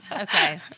Okay